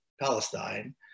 Palestine